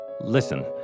Listen